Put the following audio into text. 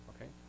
Okay